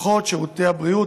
אחות שירותי הבריאות,